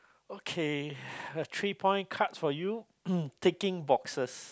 okay uh three point cards for you ticking boxes